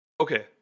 okay